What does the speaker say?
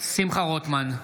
שמחה רוטמן,